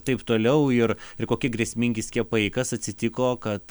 taip toliau ir ir kokie grėsmingi skiepai kas atsitiko kad